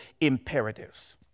imperatives